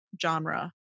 genre